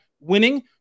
Winning